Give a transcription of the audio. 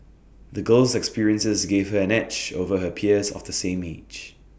the girl's experiences gave her an edge over her peers of the same age